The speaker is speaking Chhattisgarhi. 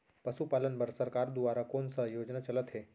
पशुपालन बर सरकार दुवारा कोन स योजना चलत हे?